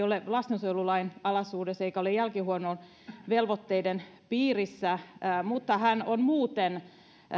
ole lastensuojelulain alaisuudessa eikä ole jälkihuollon velvoitteiden piirissä mutta on muuten